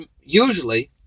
usually